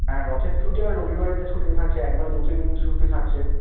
হ্যাঁ রথের ছুটি আর রবিবারের যে ছুটিটা থাকছে একবারে দু তিনদিন ছুটি থাকছে